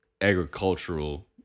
agricultural